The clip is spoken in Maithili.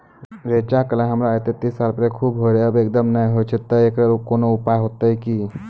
रेचा, कलाय हमरा येते तीस साल पहले खूब होय रहें, अब एकदम नैय होय छैय तऽ एकरऽ कोनो उपाय हेते कि?